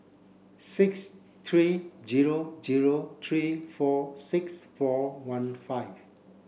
six three zero zero three four six four one five